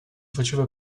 faceva